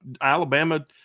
Alabama